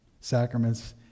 sacraments